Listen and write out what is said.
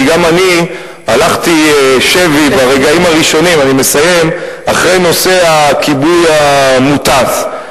כי גם אני הלכתי שבי ברגעים הראשונים אחרי נושא הכיבוי המוטס,